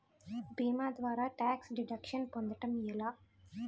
భీమా ద్వారా tax deduction పొందటం ఎలా?